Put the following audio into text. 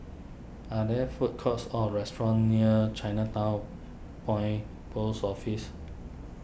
are there food courts or restaurants near Chinatown Point Post Office